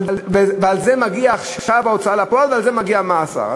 על זה מגיעה עכשיו ההוצאה לפועל ועל זה מגיע מאסר.